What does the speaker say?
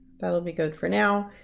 that'll be good for now.